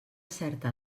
certa